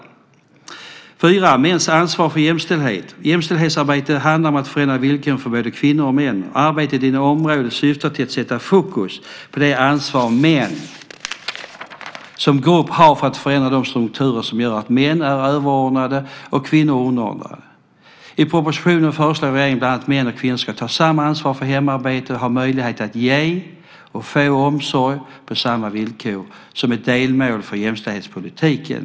För det fjärde gäller det mäns ansvar för jämställdhet. Jämställdhetsarbete handlar om att förändra villkoren för både kvinnor och män. Arbetet inom området syftar till att sätta fokus på det ansvar som män som grupp har för att förändra de strukturer som gör att män är överordnade och kvinnor underordnade. I propositionen föreslår regeringen bland annat att män och kvinnor ska ta samma ansvar för hemarbete och ha möjlighet att ge och få omsorg på samma villkor - detta som ett delmål för jämställdhetspolitiken.